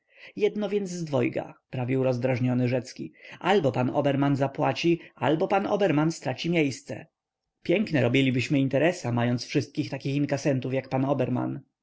jedno więc z dwojga prawił rozdrażniony rzecki albo pan oberman zapłaci albo pan oberman straci miejsce piękne robilibyśmy interesa mając wszystkich takich inkasentów jak pan